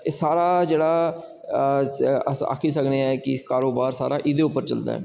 एह् सारा जेह्ड़ा अस आक्खी सकने आं कि कारोबार साढ़ा एह्दे पर चलदा ऐ